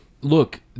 look